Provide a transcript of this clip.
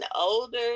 older